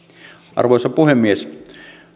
arvoisa puhemies